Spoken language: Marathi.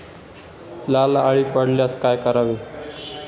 लाल अळी पडल्यास काय करावे?